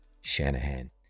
shanahan